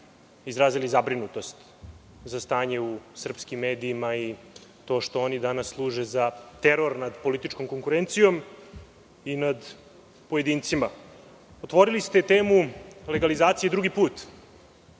izrazili zabrinutost za stanje u srpskim medijima. To što oni danas služe za teror nad političkom konkurencijom i nad pojedincima. Otvorili ste temu legalizacije drugi put